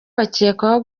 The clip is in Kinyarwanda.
bakekwaho